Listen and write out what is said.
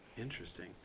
Interesting